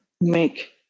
make